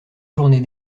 journée